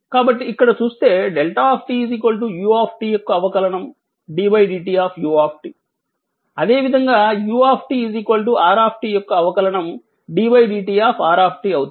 కాబట్టిఇక్కడ చూస్తే δ u యొక్క అవకలనం ddtu అదేవిధంగాu r యొక్క అవకలనం ddtr అవుతాయి